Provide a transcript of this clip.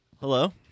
Hello